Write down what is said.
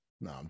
no